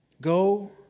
Go